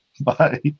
bye